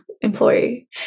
employee